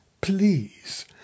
please